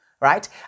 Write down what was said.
right